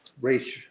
race